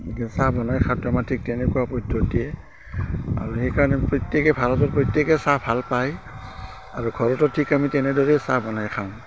এনেকৈ চাহ বনাই খাওঁতে আমাৰ ঠিক তেনেকুৱা পদ্ধতিৰে আৰু সেইকাৰণে প্ৰত্যেকেই ভাৰতত প্ৰত্যেকেই চাহ ভাল পায় আৰু ঘৰতো ঠিক আমি তেনেদৰেই চাহ বনাই খাওঁ